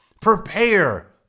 prepare